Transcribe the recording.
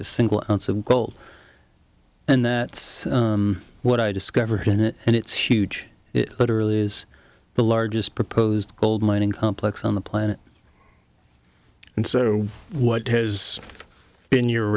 a single ounce of gold and that is what i discovered in it and it's huge it literally is the largest proposed gold mining complex on the planet and so what has been your